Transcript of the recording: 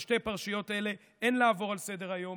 על שתי פרשיות אלה אין לעבור לסדר-היום,